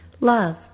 love